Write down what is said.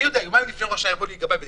יומיים לפני ראש השנה יבוא גבאי של בית